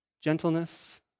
gentleness